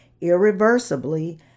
irreversibly